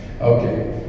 Okay